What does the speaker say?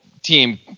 Team